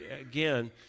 Again